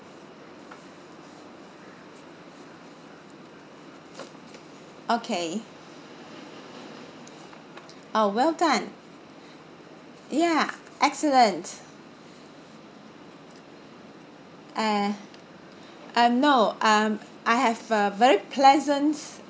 okay uh well done ya excellent uh um no um I have a very pleasant